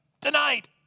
tonight